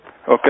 Okay